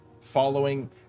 following